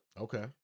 Okay